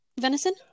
Venison